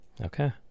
Okay